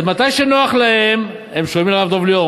אז מתי שנוח להם הם שומעים לרב דב ליאור,